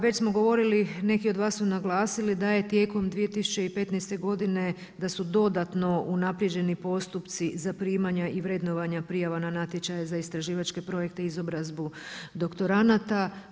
Već smo govorili neki od vas su naglasili, da je tijekom 2015. godine da su dodatno unaprijeđeni postupci zaprimanja i vrednovanja prijava na natječaje za istraživačke projekte i izobrazbu doktoranada.